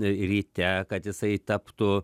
ryte kad jisai taptų